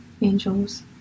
angels